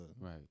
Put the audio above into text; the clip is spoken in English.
right